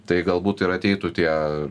tai galbūt ir ateitų tie